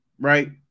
right